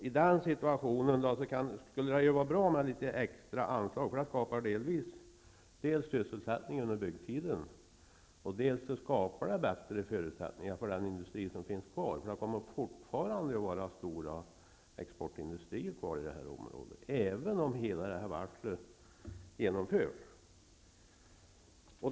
I den situationen skulle det vara bra med litet extra anslag, för det skapar dels sysselsättning under byggtiden, dels bättre förutsättningar för den industri som finns kvar. Det kommer fortfarande att finnas stora exportindustrier i området, även om hela varslet fullföljs.